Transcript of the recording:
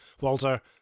Walter